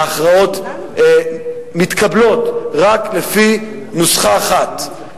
ההכרעות מתקבלות רק לפי נוסחה אחת: